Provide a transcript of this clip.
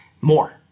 more